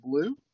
blue